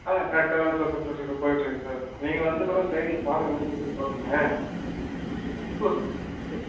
ஆ கரெக்டாக தான் சார் கொடுத்துட்டுருக்கு போயிட்டுருக்குது இப்போ நீங்கள் வந்து கூட சைட்ல பாருங்கள்